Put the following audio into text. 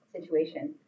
situation